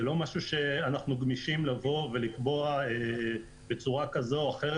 זה לא משהו שאנחנו גמישים לבוא ולקבוע בצורה כזאת או אחרת,